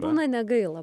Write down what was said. būna negaila